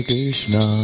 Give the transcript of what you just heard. Krishna